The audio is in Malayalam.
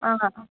ആ